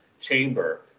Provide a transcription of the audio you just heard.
chamber